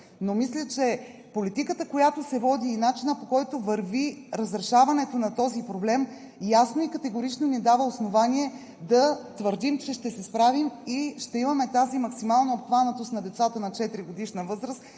но мисля, че политиката, която се води, и начинът, по който върви разрешаването на този проблем, ясно и категорично ни дава основание да твърдим, че ще се справим и ще имаме тази максимална обхванатост на децата на 4-годишна възраст